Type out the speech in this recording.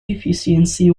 deficiency